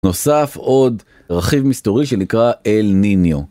נוסף עוד רכיב מסתורי שנקרא אל ניניו.